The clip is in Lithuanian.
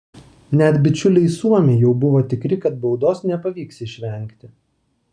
net bičiuliai suomiai jau buvo tikri kad baudos nepavyks išvengti